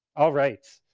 alright,